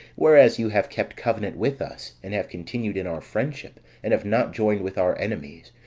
whereas you have kept covenant with us, and have continued in our friendship, and have not joined with our enemies,